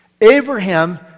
Abraham